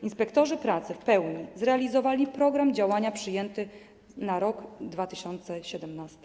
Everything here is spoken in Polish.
Inspektorzy pracy w pełni zrealizowali program działania przyjęty na rok 2017.